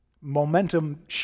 momentum